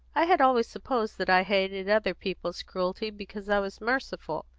i had always supposed that i hated other people's cruelty because i was merciful,